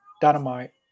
Dynamite